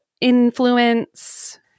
influence